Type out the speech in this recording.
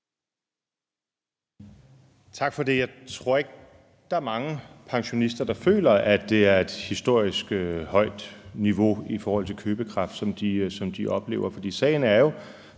Tak for det. Jeg tror ikke, der er mange pensionister, der føler, at det, de oplever, er et historisk højt niveau i forhold til købekraft. For sagen er